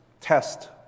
test